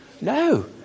No